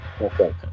Okay